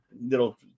little